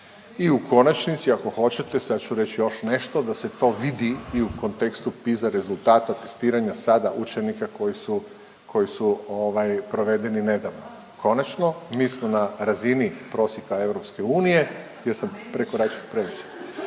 i u konačnici ako hoćete, sad ću reći još nešto da se to vidi i u kontekstu iza rezultata testiranja sada učenika koji su, koji su ovaj provedeni nedavno. Konačno mi smo na razini prosjeka EU, jesam prekoračio previše.